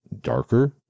darker